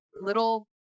little